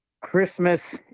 Christmas